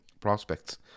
prospects